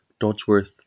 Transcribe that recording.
Dodsworth